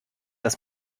das